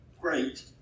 Great